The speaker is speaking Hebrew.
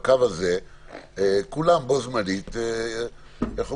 שבקו הזה כולם בו זמנית יפקעו